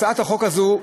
הצעת החוק הזאת,